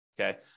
okay